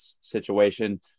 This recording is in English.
situation